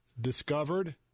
discovered